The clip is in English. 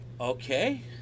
okay